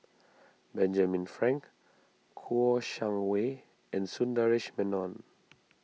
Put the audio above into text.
Benjamin Frank Kouo Shang Wei and Sundaresh Menon